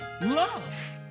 Love